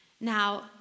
Now